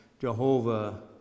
Jehovah